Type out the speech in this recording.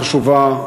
חשובה,